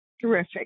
Terrific